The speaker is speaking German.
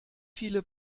viele